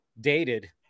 dated